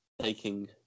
taking